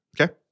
Okay